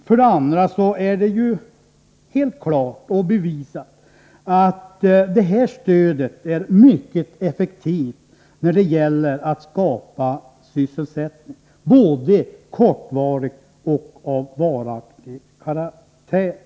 För det andra är det helt klart och bevisat att detta stöd är mycket effektivt när det gäller att skapa sysselsättning, både kortvarig och av varaktig karaktär.